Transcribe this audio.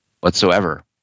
whatsoever